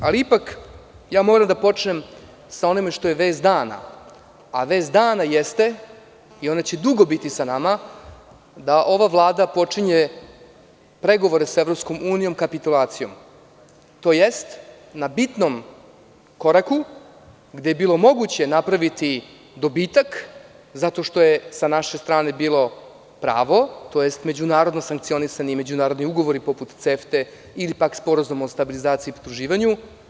Ipak, moram da počnem sa onim što je vest dana, a vest dana jeste, i ona će dugo biti sa nama, da ova Vlada počinje pregovore sa EU kapitulacijom, tj. na bitnom koraku gde je bilo moguće napraviti dobitak, zato što je sa naše strane bilo pravo, tj. međunarodno sankcionisani i međunarodni ugovori poput CEFT-e ili pak Sporazum o stabilizaciji i pridruživanju.